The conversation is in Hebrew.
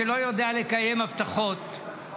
שלא יודע לקיים הבטחות,